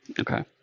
okay